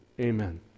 Amen